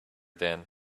then